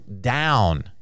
down